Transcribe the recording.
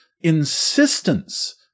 insistence